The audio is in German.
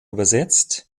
übersetzt